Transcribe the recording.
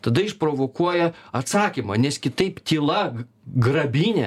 tada išprovokuoja atsakymą nes kitaip tyla grabinė